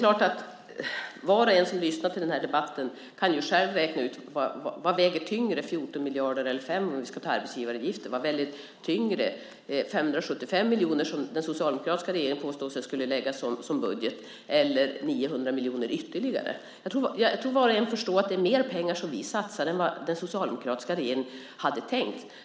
Var och en som lyssnar till den här debatten kan ju räkna själv: Vad väger tyngre, 14 miljarder eller 5 miljarder, om vi ska ta arbetsgivaravgiften? Vad väger tyngre, 575 miljoner, som den socialdemokratiska regeringen påstod att man skulle satsa i sin budget, eller 900 miljoner ytterligare? Jag tror att var och en förstår att vi satsar mer pengar än vad den socialdemokratiska regeringen hade tänkt.